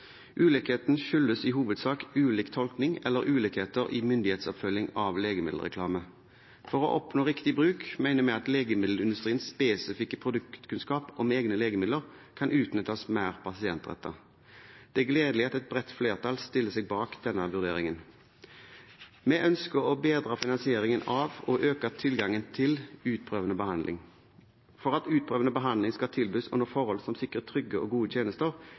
Ulikheten skyldes i hovedsak ulik tolkning eller ulikheter i myndighetsoppfølging av legemiddelreklame. For å oppnå riktig bruk mener vi at legemiddelindustriens spesifikke produktkunnskap om egne legemidler kan utnyttes mer pasientrettet. Det er gledelig at et bredt flertall stiller seg bak denne vurderingen. Vi ønsker å bedre finansieringen av og øke tilgangen til utprøvende behandling. For at utprøvende behandling skal tilbys under forhold som sikrer trygge og gode tjenester,